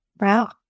Wow